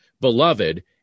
Beloved